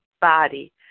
body